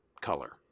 color